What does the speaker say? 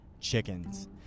chickens